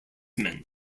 men